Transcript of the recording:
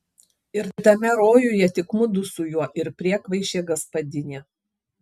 ir tame rojuje tik mudu su juo ir priekvaišė gaspadinė